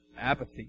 apathy